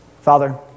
Father